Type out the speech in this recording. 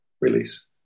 release